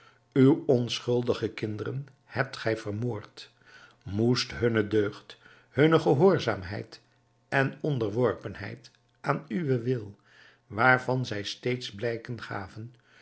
uwe onschuldige kinderen hebt gij vermoord moest hunne deugd hunne gehoorzaamheid en onderworpenheid aan uwen wil waarvan zij steeds blijken gaven